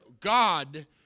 God